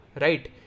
Right